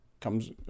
comes